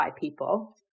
people